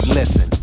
listen